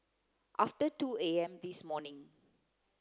after two A M this morning